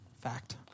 Fact